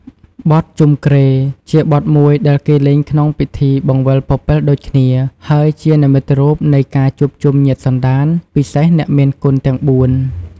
បទជុំគ្រែជាបទមួយដែលគេលេងក្នុងពិធីបង្វិលពពិលដូចគ្នា ហើយជានិមិត្តរូបនៃការជួបជុំញាតិសន្តាន ពិសេសអ្នកមានគុណទាំងបួន។